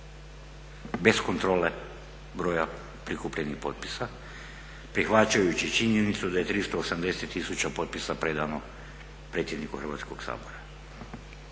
bez kontrole broja prikupljenih potpisa prihvaćajući činjenicu da je 380 tisuća potpisa predano predsjedniku Hrvatskog sabora.